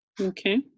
Okay